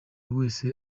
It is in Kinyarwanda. wese